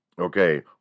Okay